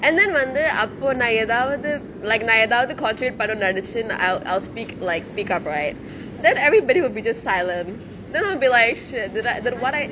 and then வந்து அப்போ நா எதாவது:vanthu appo naa ethaavathu like நா எதாவது:naa ethaavathu contribute பண்ணு நெனச்சி நா~:pannu nenachi na~ I'll I'll speak like speak up right then everybody would be just silent then I'll be like shit did I did what I